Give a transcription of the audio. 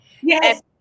Yes